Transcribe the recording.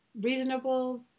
reasonable